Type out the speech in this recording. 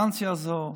גנץ יחזור.